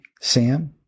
Sam